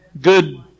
good